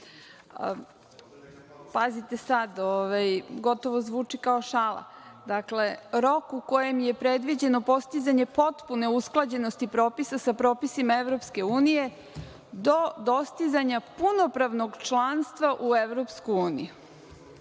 Pazite sad, gotovo zvuči kao šala. Dakle, rok u kojem je predviđeno postizanje potpune usklađenosti propisa sa propisima Evropske unije do dostizanja punopravnog članstva u Evropsku uniju. Dalje,